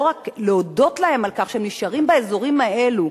לא רק להודות להם על כך שהם נשארים באזורים האלה,